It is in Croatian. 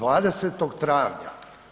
20 travnja.